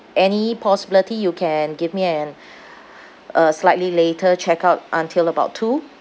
any possibility you can give me an uh slightly later check out until about two